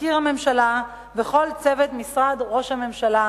מזכיר הממשלה וכל צוות משרד ראש הממשלה,